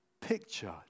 picture